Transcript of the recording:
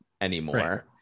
anymore